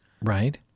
Right